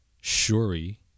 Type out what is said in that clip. Shuri